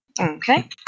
Okay